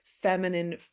feminine